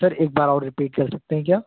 sir एक बार और रिपीट कर सकते हैं क्या